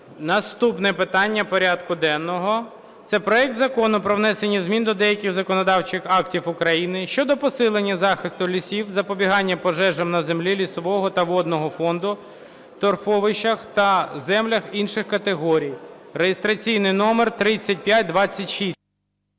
Наступне питання порядку денного – це проект Закону про внесення змін до деяких законодавчих актів України щодо посилення захисту лісів, запобігання пожежам на землях лісового та водного фонду, торфовищах та землях інших категорій (реєстраційний номер 3526).